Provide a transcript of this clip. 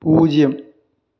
പൂജ്യം